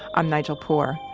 i'm nigel poor,